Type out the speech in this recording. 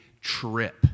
trip